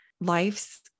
life's